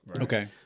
Okay